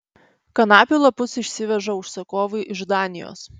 kanapių lapus išsiveža užsakovai iš danijos